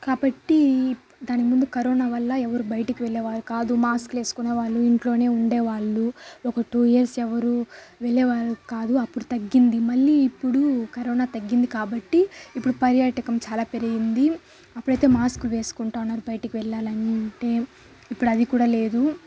కాబట్టి దానిముందు కరోనా వల్ల ఎవరు బయటకు వెళ్లేవారు కాదు మాస్కులు వేసుకునేవాళ్ళు ఇంట్లోనే ఉండేవాళ్ళు ఒక టూ ఇయర్స్ ఎవరూ వెళ్ళేవాళ్ళు కాదు అప్పుడు తగ్గింది మళ్ళీ ఇప్పుడు కరోనా తగ్గింది కాబట్టి ఇప్పుడు పర్యాటకం చాలా పెరిగింది అప్పుడైతే మాస్క్ వేసుకుంటూ ఉన్నారు బయటకు వెళ్ళాలంటే ఇప్పుడు అది కూడా లేదు